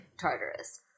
Tartarus